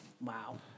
Wow